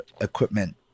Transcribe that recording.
equipment